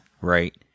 Right